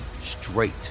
straight